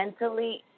mentally